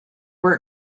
were